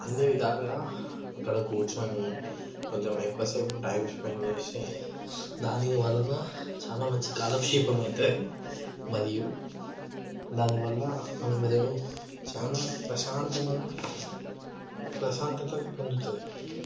అన్ని విధాలుగా అక్కడ కూర్చొని కొంచెం ఎక్కువ సేపు టైం స్పెండ్ చేసి దాని వలన చాలా మంచి కాలక్షేపం అవుతుంది మరియు దానివల్ల మన మెదడు చాలా ప్రశాంతంగా ప్రశాంతతని పొందుతుంది